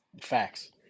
Facts